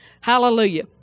Hallelujah